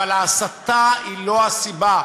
אבל ההסתה היא לא הסיבה,